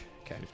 Okay